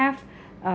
have uh